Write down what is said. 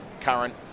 Current